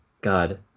God